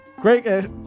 great